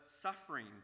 suffering